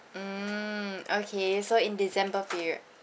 mm okay so in december period